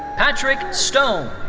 patrick stone.